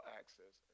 access